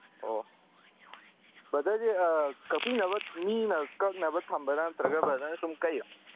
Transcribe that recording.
ꯑꯣ ꯕ꯭ꯔꯗꯔꯁꯦ ꯀꯛꯄꯤꯅꯕ ꯃꯤꯅ ꯀꯛꯅꯕ ꯊꯝꯕꯔꯥ ꯅꯠꯇ꯭ꯔꯒ ꯕ꯭ꯔꯗꯔꯅ ꯁꯨꯝ ꯀꯛꯏꯔꯣ